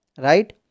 right